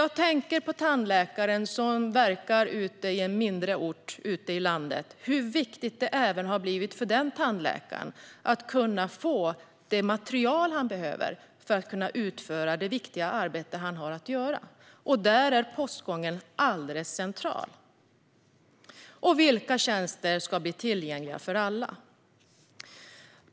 Jag tänker på tandläkaren som verkar på en mindre ort ute i landet och på hur viktigt det har blivit för honom att få det material han behöver för att kunna utföra det viktiga arbete han har att göra. Där är postgången alldeles central. Vilka tjänster ska bli tillgängliga för alla?